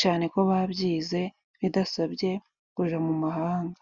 cyane ko babyize bidasabye kuja mu mahanga.